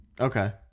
Okay